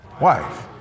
wife